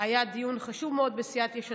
היה דיון חשוב מאוד בסיעת יש עתיד.